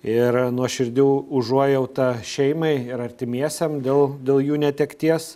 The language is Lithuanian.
ir nuoširdi užuojauta šeimai ir artimiesiem dėl dėl jų netekties